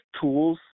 tools